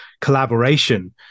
collaboration